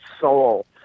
soul